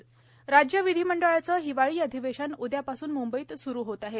हिवाळी अधिवेशन राज्य विधिमंडळाचं हिवाळी अधिवेशन उदयापासून मुंबईत सुरु होत आहे